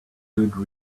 good